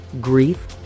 grief